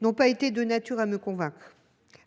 n’ont pas été de nature à me convaincre.